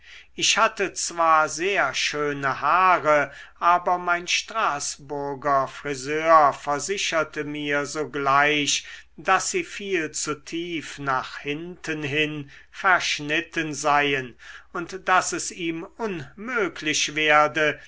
ich hatte zwar sehr schöne haare aber mein straßburger friseur versicherte mir sogleich daß sie viel zu tief nach hinten hin verschnitten seien und daß es ihm unmöglich werde